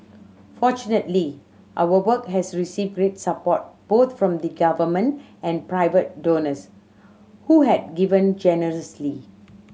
fortunately our work has received great support both from the Government and private donors who had given generously